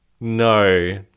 No